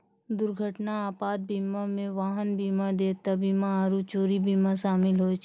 दुर्घटना आपात बीमा मे वाहन बीमा, देयता बीमा आरु चोरी बीमा शामिल होय छै